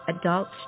adults